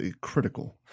critical